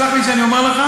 סלח לי שאני אומר לך,